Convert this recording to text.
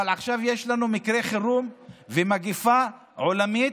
אבל עכשיו יש לנו מקרה חירום ומגפה עולמית,